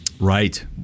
Right